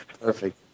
Perfect